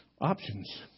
options